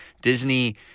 Disney